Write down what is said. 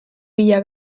bila